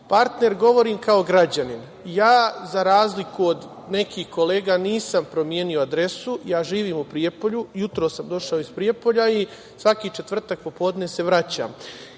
partner, govorim kao građanin. Ja, za razliku od nekih kolega, nisam promenio adresu. Ja živim u Prijepolju. Jutros sam došao iz Prijepolja i svaki četvrtak popodne se vraćam. Mislim